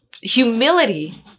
Humility